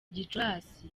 gicurasi